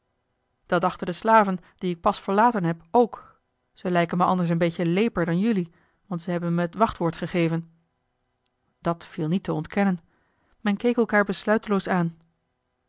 dat dachten de slaven die ik pas verlaten heb ook ze lijken me anders een beetje leeper dan jelui want ze hebben me het wachtwoord gegeven dat viel niet te ontkennen men keek elkaar besluiteloos aan